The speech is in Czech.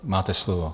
Máte slovo.